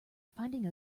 finding